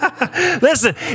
Listen